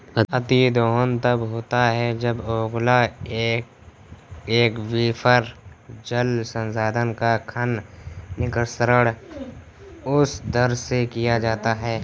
अतिदोहन तब होता है जब ओगलाला एक्वीफर, जल संसाधन का खनन, निष्कर्षण उस दर से किया जाता है